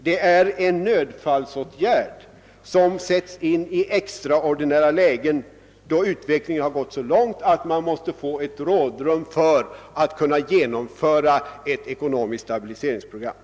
Det är en nödfallsåtgärd som sättes in i extraordinära lägen, då utvecklingen har gått så långt att man måste få rådrum för att kunna genomföra ett ekonomiskt stabiliseringsprogram.